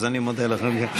אז אני מודה לך.